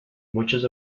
muchos